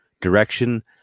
direction